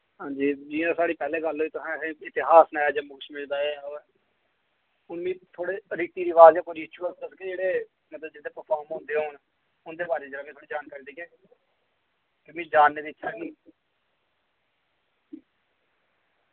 हांजी जि'यां साढ़ी पैह्ले गल्ल होई तुसैं असें इतिहास सनाया जम्मू कश्मीर दा एह् ऐ ओ ऐ हुन मिगी थोह्ड़े रीती रिवाज यां कोई रिचुअल दसगे जेह्ड़े मतलब जेह्ड़े परफार्म होंदे होन उंदे बारे जेह्ड़ा थोह्ड़ा जानकारी देगे कि मिगी जान ने दी इच्छा ही